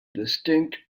distinct